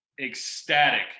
ecstatic